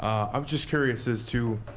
i'm just curious as to